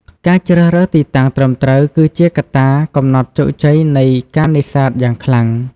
ការជ្រើសរើសទីតាំងត្រឹមត្រូវគឺជាកត្តាកំណត់ជោគជ័យនៃការនេសាទយ៉ាងខ្លាំង។